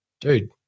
dude